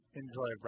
enjoy